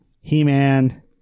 He-Man